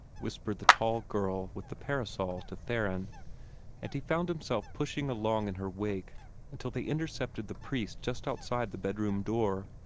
whispered the tall girl with the parasol to theron and he found himself pushing along in her wake until they intercepted the priest just outside the bedroom door.